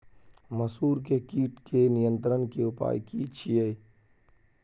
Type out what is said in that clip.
मसूर के कीट के नियंत्रण के उपाय की छिये?